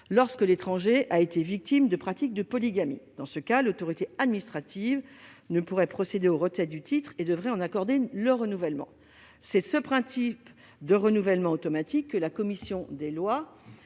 lorsque l'étranger a été victime de pratiques de polygamie. Dans ce cas, l'autorité administrative ne pourrait procéder au retrait du titre et devrait en accorder le renouvellement. C'est ce principe de renouvellement automatique que la commission des lois